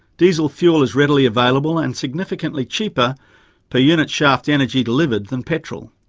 diesel fuel is readily available and significantly cheaper per unit shaft energy delivered than petrol,